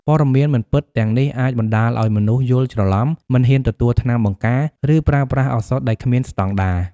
ព័ត៌មានមិនពិតទាំងនេះអាចបណ្តាលឲ្យមនុស្សយល់ច្រឡំ មិនហ៊ានទទួលថ្នាំបង្ការ ឬប្រើប្រាស់ឱសថដែលគ្មានស្តង់ដារ។